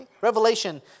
Revelation